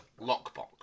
lockbox